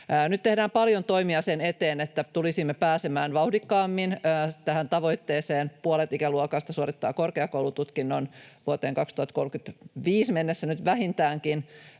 Nyt tehdään paljon toimia sen eteen, että tulisimme pääsemään vauhdikkaammin tähän tavoitteeseen, että puolet ikäluokasta suorittaa korkeakoulututkinnon vähintäänkin